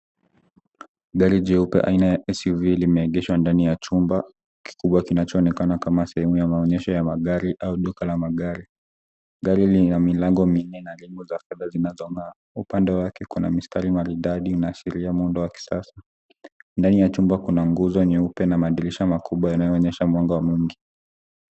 Gari jeupe aina ya SUV limeegeshwa ndani ya chumba kikubwa kinachoonekana kama sehemu ya maonyesho ya magari au duka la magari. Gari lina milango minne na rim za fedha zinazong'aa. Upande wake kuna mistari maridadi inayoashiria muundo wa kisasa. Ndani ya chumba kuna nguzo nyeupe na madirisha makubwa yanayooneysha mwanga mwingi.